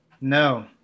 No